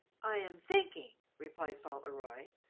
i am thinking, replied fauntleroy,